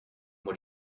what